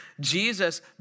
Jesus